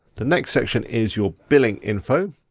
the next section is your billing info.